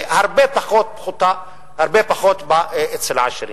והרבה פחות אצל העשירים.